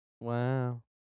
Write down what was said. Wow